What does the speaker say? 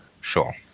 Sure